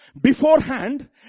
beforehand